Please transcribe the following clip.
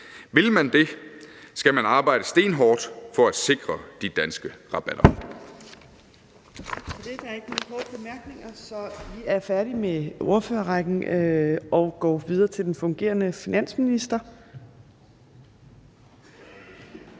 Vil man det, skal man arbejde stenhårdt for at sikre de danske rabatter.